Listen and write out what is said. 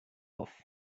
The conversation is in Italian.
off